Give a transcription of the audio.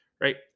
Right